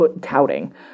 touting